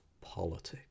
politics